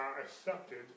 accepted